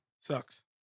Sucks